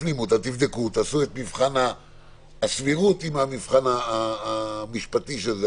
אני מבקש שתעשו את מבחן הסבירות עם המבחן המשפטי של זה,